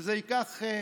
זה ייקח,